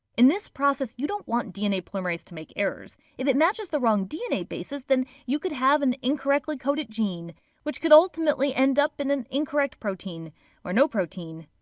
in this process, you don't want dna polymerase to make errors. if it matches the wrong dna bases, then you could have an incorrectly coded gene which could ultimately end up in an incorrect protein or no protein.